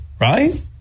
right